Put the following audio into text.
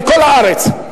מכל הארץ.